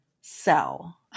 sell